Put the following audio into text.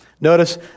Notice